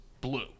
blue